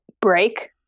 break